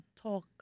talk